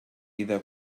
إذا